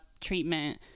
treatment